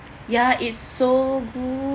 ya it's so good